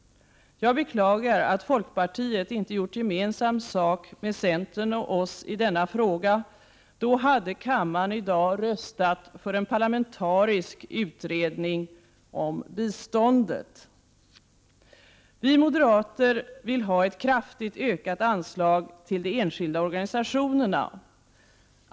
Jag beklagar att folkpartiet inte gjort gemensam sak med centern och oss i denna fråga. I så fall hade kammaren i dag röstat för en parlamentarisk utredning om biståndet. Vi moderater vill ha ett kraftigt ökat anslag till de enskilda organisationerna.